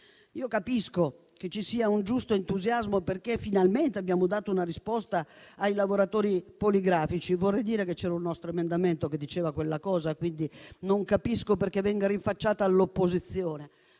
Capisco che ci sia un giusto entusiasmo perché finalmente abbiamo dato una risposta ai lavoratori poligrafici. Vorrei dire che c'era un nostro emendamento che diceva quella cosa e, quindi, non capisco perché venga rinfacciata all'opposizione.